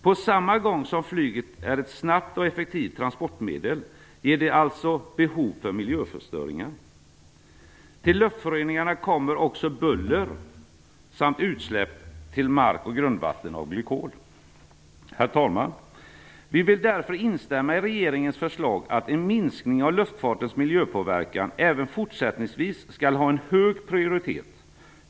På samma gång som flyget är ett snabbt och effektivt transportmedel bidrar det också till miljöförstöring. Till luftföroreningarna kommer också buller samt utsläpp av glykol till mark och grundvatten. Herr talman! Vi vill därför instämma i regeringens förslag att en minskning av luftfartens miljöpåverkan även fortsättningsvis skall ha en hög prioritet.